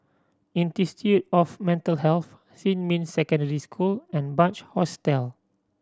Institute of Mental Health Xinmin Secondary School and Bunc Hostel